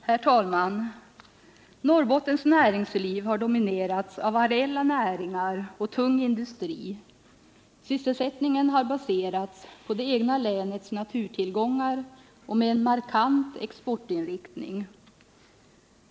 Herr talman! Norrbottens näringsliv har dominerats av areella näringar och tung industri. Sysselsättningen har baserats på det egna länets naturtillgångar och haft en markant exportinriktning.